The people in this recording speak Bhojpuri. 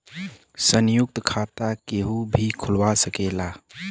संयुक्त खाता केहू भी खुलवा सकेला